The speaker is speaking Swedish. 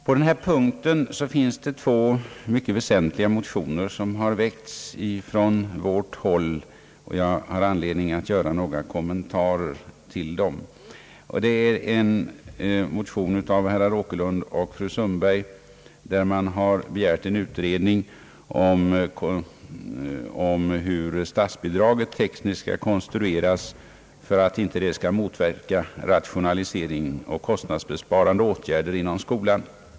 På denna punkt föreligger två mycket väsentliga motioner från vårt håll, och jag har anledning att göra några kommentarer till dem, I en motion av herr Åkerlund i denna kammare och fru Sundberg m.fl. i andra kammaren begärs en utredning om hur statsbidraget tekniskt skall konstrueras för att inte motverka rationalisering och konstnadsbesparande åtgärder inom skolan.